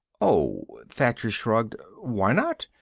oh thacher shrugged. why not?